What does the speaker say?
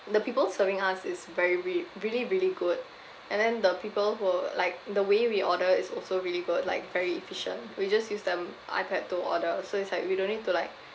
the people serving us is very rea~ really really good and then the people who like the way we order is also really good like very efficient we just use the iPad to order so it's like we don't need to like